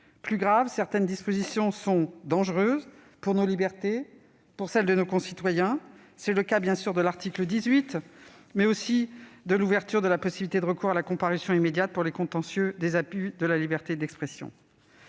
Plus grave, certaines dispositions sont dangereuses, pour nos libertés et celles de nos concitoyens. C'est le cas, bien sûr, de l'article 18, mais aussi de l'ouverture d'une possibilité de recours à la comparution immédiate pour les contentieux des abus de la liberté d'expression.